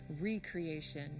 recreation